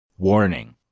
Warning